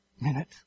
minute